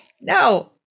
no